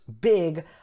big